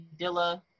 Dilla